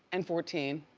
and fourteen.